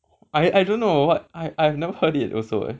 I I don't know what I I've never heard it also eh